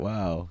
Wow